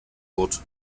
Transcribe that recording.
bord